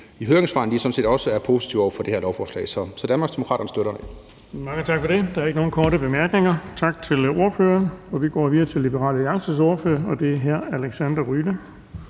i høringssvarene, at de sådan set også er positive over for det her lovforslag. Så Danmarksdemokraterne støtter det. Kl. 16:13 Den fg. formand (Erling Bonnesen): Mange tak for det. Der er ikke nogen korte bemærkninger. Tak til ordføreren. Vi går videre til Liberal Alliances ordfører, og det er hr. Alexander Ryle.